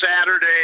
Saturday